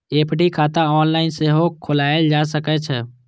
FD खाता online सेहो खोलाएल जा सकै छै